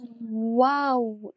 wow